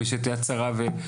את ׳יד שרה׳,